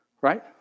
Right